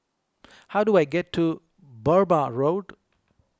how do I get to Burmah Road